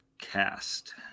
Cast